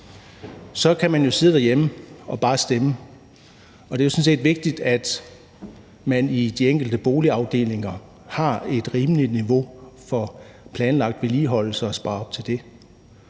kan man jo sidde derhjemme og bare stemme, og det er jo sådan set vigtigt, at man i de enkelte boligafdelinger har et rimeligt niveau for planlagt vedligeholdelse og sparer op til det.